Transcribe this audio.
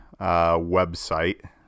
website